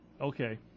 Okay